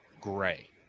gray